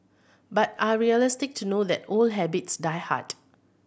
but are realistic to know that old habits die hard